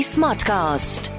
Smartcast